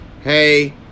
hey